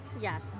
Yes